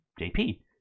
JP